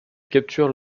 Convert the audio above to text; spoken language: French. capture